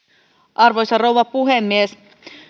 arvoisa rouva puhemies